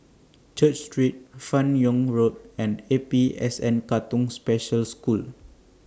Church Street fan Yoong Road and A P S N Katong Special School